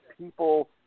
people